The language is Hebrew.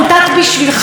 הוא יוצא,